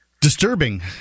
disturbing